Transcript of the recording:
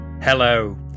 Hello